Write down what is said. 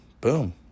Boom